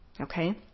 Okay